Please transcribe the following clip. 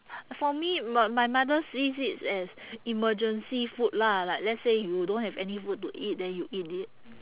for me m~ my mother sees it as emergency food lah like let's say you don't have any food to it then you eat it